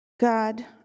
God